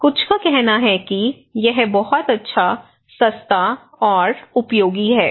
कुछ का कहना है कि यह बहुत अच्छा सस्ता और उपयोगी है